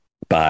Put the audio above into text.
Bye